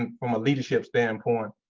and from a leadership standpoint.